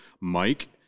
Mike